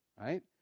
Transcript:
right